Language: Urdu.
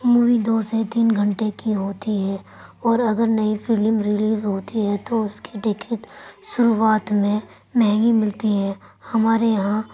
مووی دو سے تین گھنٹے کی ہوتی ہے اور اگر نئی فلم ریلیز ہوتی ہے تو اُس کی ٹکٹ شروعات میں مہنگی ملتی ہے ہمارے یہاں